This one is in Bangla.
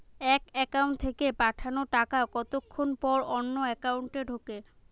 এক একাউন্ট থেকে পাঠানো টাকা কতক্ষন পর অন্য একাউন্টে ঢোকে?